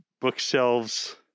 bookshelves